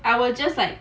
I will just like